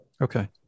Okay